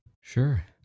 Sure